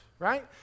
Right